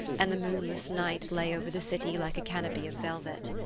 and the moonless night lay over the city like a canopy of velvet.